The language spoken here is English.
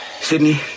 Sydney